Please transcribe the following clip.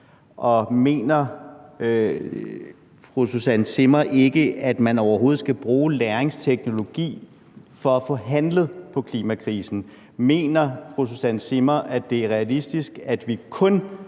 Mener fru Susanne Zimmer, at man overhovedet ikke skal bruge lagringsteknologi for at få handlet på klimakrisen? Mener fru Susanne Zimmer, at det er realistisk, at vi kun